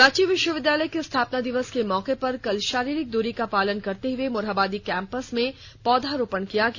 रांची विश्वविद्यालय के स्थापना दिवस के मौके पर कल शारीरिक दूरी का पालन करते हुए मोरहाबादी कैंपस में पौधरोपण किया गया